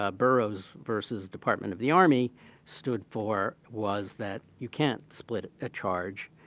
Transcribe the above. ah burroughs versus department of the army stood for was that you can't split a charge